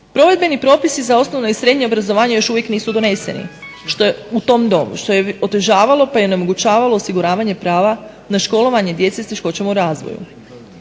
Provedbeni propisi za osnovno i srednje obrazovanje još uvijek nisu doneseni u tom dobu što je otežavalo pa i onemogućavalo osiguravanje prava na školovanje djece s teškoćama u razvoja.